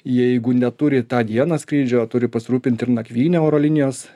jeigu neturi tą dieną skrydžio turi pasirūpinti ir nakvyne oro linijos